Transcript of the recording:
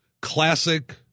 Classic